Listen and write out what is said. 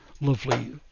lovely